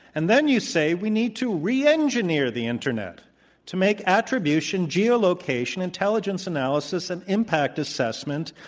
and then you say we need to reengineer the internet to make attribution, geo location, intelligence analysis and impact assessment,